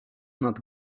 nad